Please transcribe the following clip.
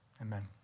Amen